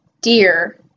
dear